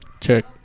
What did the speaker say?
Check